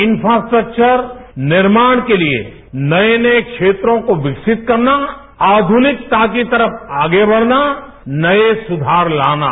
infrastructure निर्माण के लिए नए नए क्षेत्रों को विकसित करना आध्वनिकता की तरफ आगे बढ़ना नए सुधार लाना